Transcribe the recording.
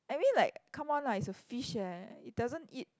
I mean like come on lah it's a fish eh it doesn't eat